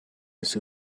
sue